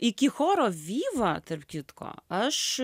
iki choro vyva tarp kitko aš